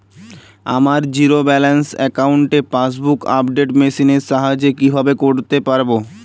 আমার zero balance অ্যাকাউন্টে passbook update machine এর সাহায্যে কীভাবে করতে পারব?